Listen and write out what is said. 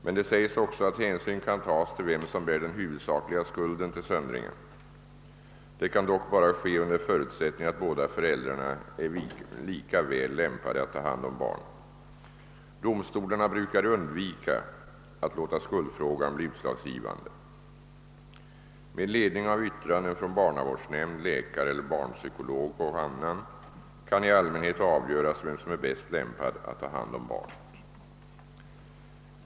Men det sägs också att hänsyn kan tas till vem som bär den huvudsakliga skulden till söndringen. Det kan dock ske bara under förutsättning att båda föräldrarna är lika väl lämpade att ta hand om barnet. Domstolarna brukar undvika att låta skuldfrågan bli utslagsgivande. Med ledning av yttranden från barnavårdsnämnd, läkare eller barnpsykolog och annan kan i allmänhet avgöras vem som är bäst lämpad att ta hand om barnet.